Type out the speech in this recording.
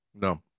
No